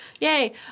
Yay